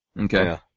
Okay